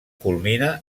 culmina